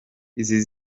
izi